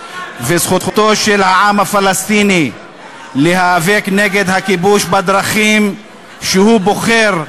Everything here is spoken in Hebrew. וזכותו של העם הפלסטיני להיאבק נגד הכיבוש בדרכים שהוא בוחר.